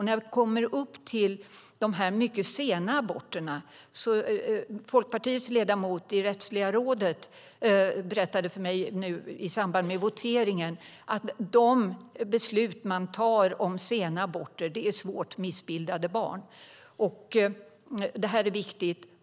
När vi kommer till de mycket sena aborterna har Folkpartiets ledamot i Rättsliga rådet just berättat för mig att de beslut man tar om sena aborter handlar om svårt missbildade barn. Det är viktigt.